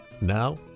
Now